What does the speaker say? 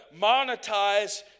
monetize